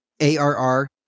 ARR